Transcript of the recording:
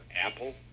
Apple